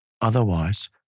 Otherwise